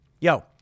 Yo